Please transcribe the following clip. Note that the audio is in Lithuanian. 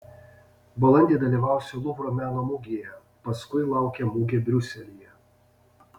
balandį dalyvausiu luvro meno mugėje paskui laukia mugė briuselyje